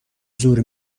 زور